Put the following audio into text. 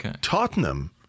Tottenham